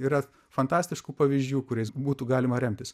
yra fantastiškų pavyzdžių kuriais būtų galima remtis